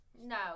No